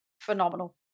phenomenal